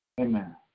Amen